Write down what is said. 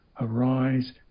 arise